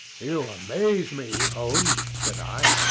you amaze me, holmes, said i.